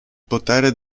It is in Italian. potere